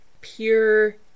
pure